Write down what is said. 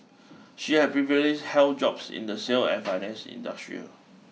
she had previously held jobs in the sale and finance industrial